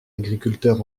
agriculteur